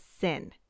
sin